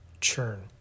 churn